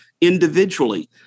individually